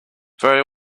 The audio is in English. very